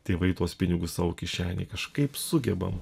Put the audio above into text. tėvai tuos pinigus savo kišenėj kažkaip sugebam